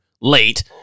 late